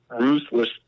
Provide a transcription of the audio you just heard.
ruthless